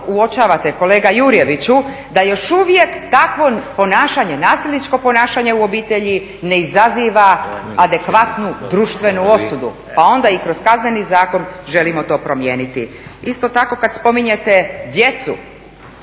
uočavate kolega Jurjeviću da još uvijek takvo ponašanje, nasilničko ponašanje u obitelji ne izaziva adekvatnu društvenu osudu, pa onda i kroz Kazneni zakon želimo to promijeniti. Isto tako kad spominjete djecu,